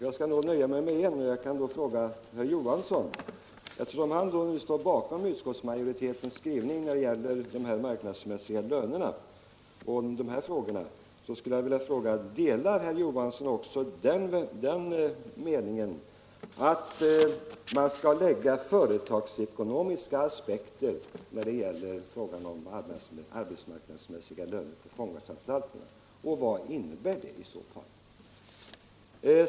Jag skall nu nöja mig med att fråga herr Johansson i Växjö, eftersom han står bakom utskottsmajoritetens skrivning när det gäller de marknadsmässiga lönerna: Delar herr Johansson också den meningen att man skall anlägga företagsekonomiska aspekter på frågan om arbetsmarknadsmässiga löner på fångvårdsanstalterna, och vad innebär det i så fall?